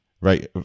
right